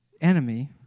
enemy